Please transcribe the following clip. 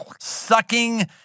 sucking